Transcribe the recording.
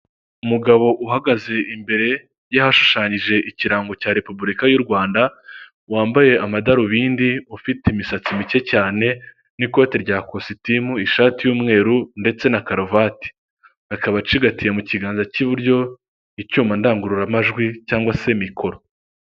Umugabo uhagaze imbere y'ahashushanyije ikirango cya repubulika y'u Rwanda, wambaye amadarubindi, ufite imisatsi mike cyane n'ikoti rya kositimu, ishati y'umweru ndetse na karuvati, akaba acigatiye mu kiganza cy'iburyo icyuma ndangururamajwi cyangwa se mikoro.